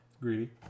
Greedy